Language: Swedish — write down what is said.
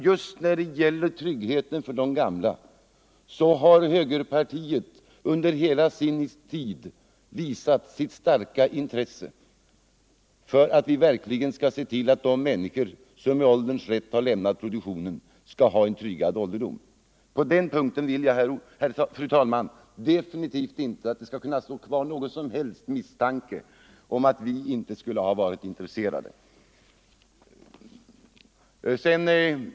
Just när det gäller tryggheten för de gamla har högerpartiet under hela sin tid visat sitt starka intresse för att verkligen se till att de människor som med ålderns rätt har lämnat produktionen skall ha en tryggad ålderdom. På den punkten vill jag definitivt att det inte skall kvarstå någon som helst misstanke om att vi inte skulle ha varit intresserade.